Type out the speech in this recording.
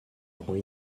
rend